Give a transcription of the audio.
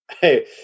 Hey